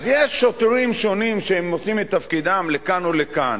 אז יש שוטרים שונים שעושים את תפקידם לכאן ולכאן.